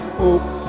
hope